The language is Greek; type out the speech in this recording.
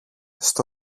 στο